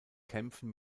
kämpfen